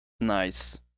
nice